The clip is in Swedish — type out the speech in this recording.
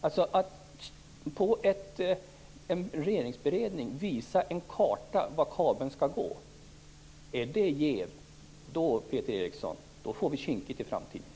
Om det, på en regeringsberedning, är jäv att visa en karta över var kabeln skall gå får vi det kinkigt i framtiden, Peter Eriksson.